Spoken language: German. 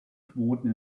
quoten